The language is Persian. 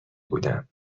بودم